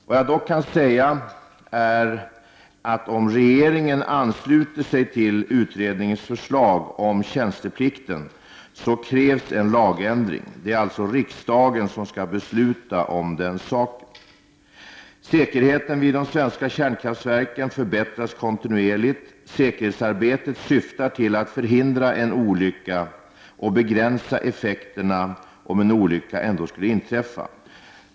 Vad jag dock kan säga är att om regeringen ansluter sig till utredningens förslag om tjänsteplikten så krävs en lagändring. Det är alltså riksdagen som skall besluta om den saken. Säkerheten vid de svenska kärnkraftverken förbättras kontinuerligt. Säkerhetsarbetet syftar till att förhindra en olycka och begränsa effekterna om en olycka ändå skulle inträffa.